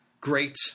great